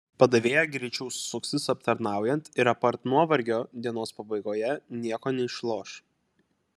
padavėja greičiau suksis aptarnaujant ir apart nuovargio dienos pabaigoje nieko neišloš